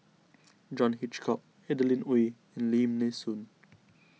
John Hitchcock Adeline Ooi and Lim Nee Soon